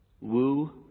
Woo